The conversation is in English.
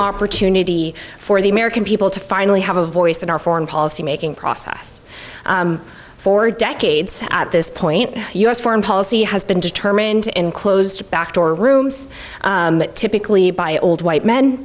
opportunity for the american people to finally have a voice in our foreign policy making process for decades at this point us foreign policy has been determined in closed back door rooms typically by old white